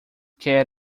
quer